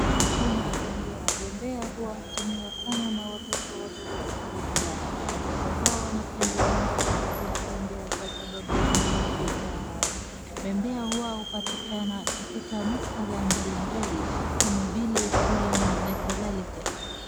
Kuna bembea. Bembea huwa hutumiwa sana na watoto wadogo kuchezea. Watoto hawa wanapenda sana kuchezea bembea kwa sababu wanahisi raha. Bembea huwa hupatikana katika muktadha mbalimbali, kama vile shuleni na kadhalika.